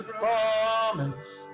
promise